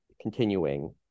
continuing